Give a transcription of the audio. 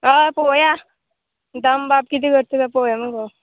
हय पोवया दामबाब कितें करता तो पळोवया मुगो